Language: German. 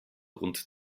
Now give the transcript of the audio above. rund